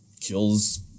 kills